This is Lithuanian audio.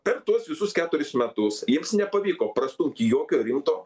per tuos visus keturis metus jiems nepavyko prastumt jokio rimto